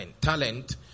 talent